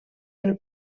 del